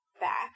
back